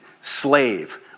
slave